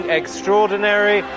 extraordinary